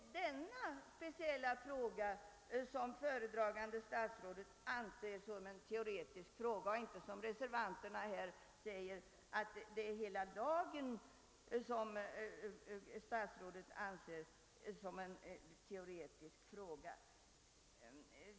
Det är denna speciella fråga som föredragande statsrådet anser vara en teoretisk fråga — han säger inte, som reservanterna påstår, att hela lagstiftningen gäller en teoretisk fråga.